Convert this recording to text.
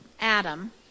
Adam